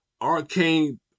arcane